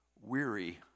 weary